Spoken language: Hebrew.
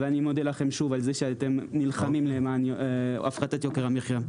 ואני מודה לכם שאתם נלחמים למען הפחתת יוקר המחייה.